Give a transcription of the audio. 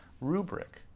rubric